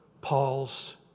Paul's